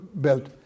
built